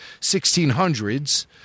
1600s